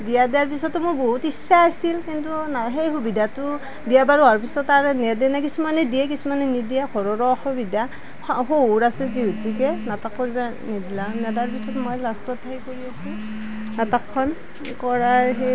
বিয়া দিয়াৰ পিছতো মোৰ বহুত ইচ্ছা আছিল কিন্তু সেই সুবিধাটো বিয়া বাৰু হোৱাৰ পিছত আৰু নেদে কিছুমানে দিয়ে কিছুমানে নিদিয়ে ঘৰৰো অসুবিধা